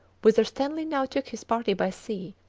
whither stanley now took his party by sea,